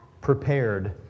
prepared